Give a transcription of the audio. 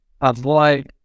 avoid